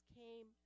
came